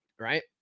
Right